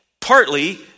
partly